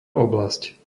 oblasť